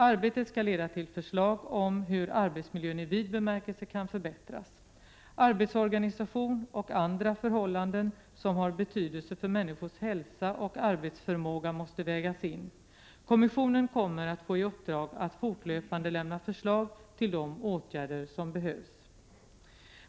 Arbetet skall leda till förslag om hur arbetsmiljön i vid bemärkelse kan förbättras. Arbetsorganisation och andra förhållanden som har betydelse för människors hälsa och arbetsförmåga måste vägas in. Kommissionen kommer att få i uppdrag att fortlöpande lämna förslag till de åtgärder som behövs.